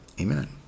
Amen